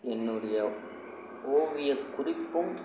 என்னுடைய ஓவிய குறிப்பும்